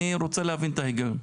אני רוצה להבין את ההיגיון.